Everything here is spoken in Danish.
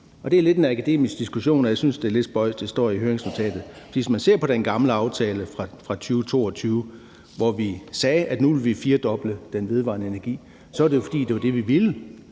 Og det er lidt en akademisk diskussion, og jeg synes, det er lidt spøjst, at det står i høringsnotatet. For når vi i den gamle aftale fra 2022 sagde, at vi nu ville firedoble andelen af den vedvarende energi, så var det jo, fordi det var det, vi ville,